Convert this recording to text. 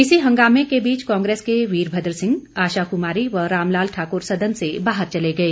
इसी हंगामे के बीच कांग्रेस के वीरभद्र सिंह आशा कुमारी व राम लाल ठाकुर सदन से बाहर चले गए